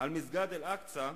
על מסגד אל-אקצא,